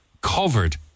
covered